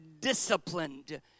disciplined